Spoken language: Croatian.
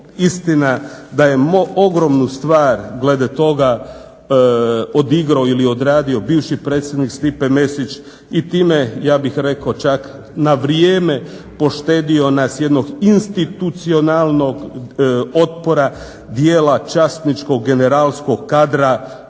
istina da je ogromnu stvar glede toga odigro ili odradio bivši predsjednik Stipe Mesić i time ja bih rekao čak na vrijeme poštedio nas jednog institucionalnog otpora dijela časničkog generalskog kadra,